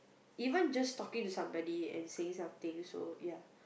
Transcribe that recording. even just talking to somebody and saying something so ya